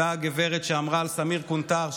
אותה גברת שאמרה על סמיר קונטאר,